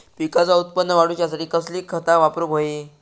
पिकाचा उत्पन वाढवूच्यासाठी कसली खता वापरूक होई?